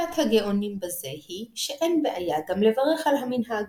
שיטת הגאונים בזה היא שאין בעיה גם לברך על המנהג,